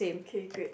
K great